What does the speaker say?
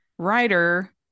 writer